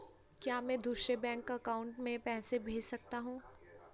क्या मैं दूसरे बैंक अकाउंट में पैसे भेज सकता हूँ?